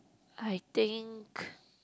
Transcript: I think